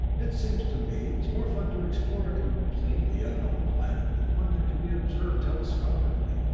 it seems to me it's more fun to explore a completely unknown planet than one that can be observed telescopically.